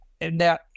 Now